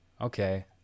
Okay